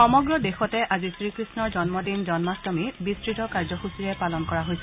সমগ্ৰ দেশতে আজি শ্ৰীকৃষ্ণৰ জন্মদিন জন্মাষ্টমী বিস্তৃত কাৰ্যসূচীৰে পালন কৰা হৈছে